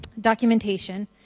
documentation